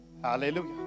Hallelujah